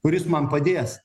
kuris man padės